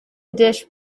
dish